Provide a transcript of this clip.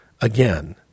again